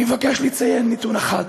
אני מבקש לציין נתון אחד: